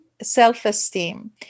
self-esteem